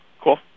Cool